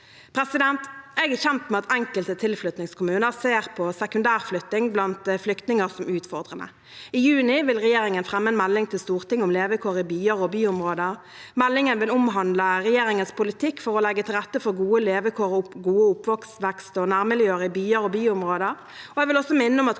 innbyggere. Jeg er kjent med at enkelte tilflyttingskommuner ser på sekundærflytting blant flyktninger som utfordrende. I juni vil regjeringen fremme en melding til Stortinget om levekår i byer og byområder. Meldingen vil omhandle regjeringens politikk for å legge til rette for gode levekår og gode oppvekst- og nærmiljøer i byer og byområder.